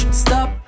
stop